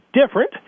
different